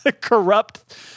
corrupt